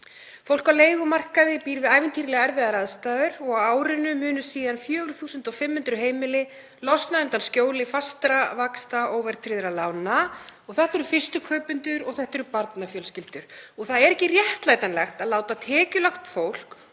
Fólk á leigumarkaði býr við ævintýralega erfiðar aðstæður og á árinu munu síðan 4.500 heimili losna undan skjóli fastra vaxta óverðtryggðra lána og þetta eru fyrstu kaupendur og þetta eru barnafjölskyldur. Það er ekki réttlætanlegt að láta tekjulágt fólk,